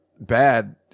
bad